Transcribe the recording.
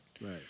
Right